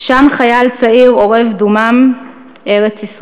שם חייל צעיר אורב דומם/ ארץ-ישראל//